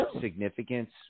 significance